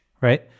right